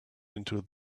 into